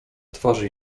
twarzy